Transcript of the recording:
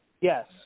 Yes